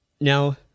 Now